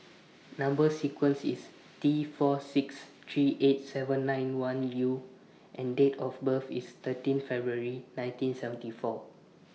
Number sequence IS T four six three eight seven nine one U and Date of birth IS thirteen February nineteen seventy four